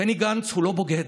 בני גנץ הוא לא בוגד,